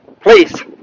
please